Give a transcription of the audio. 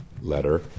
letter